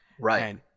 Right